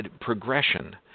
progression